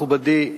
מכובדי השר,